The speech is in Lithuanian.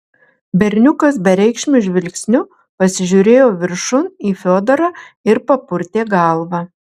berniukas bereikšmiu žvilgsniu pasižiūrėjo viršun į fiodorą ir papurtė galvą